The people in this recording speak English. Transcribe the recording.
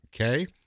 Okay